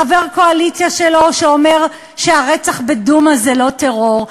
חבר קואליציה שלו שאומר שהרצח בדומא זה לא טרור,